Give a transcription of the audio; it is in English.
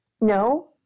No